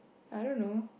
I don't know